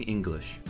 English